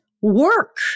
work